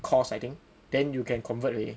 course I think then you can convert already